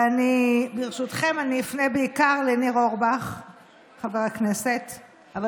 וברשותכם אפנה בעיקר לחבר הכנסת ניר אורבך,